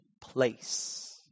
place